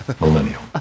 Millennial